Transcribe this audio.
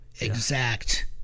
exact